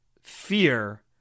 fear